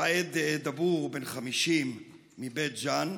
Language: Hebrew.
פאייד דבור, בן 50 מבית ג'ן,